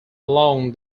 along